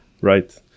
right